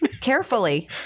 Carefully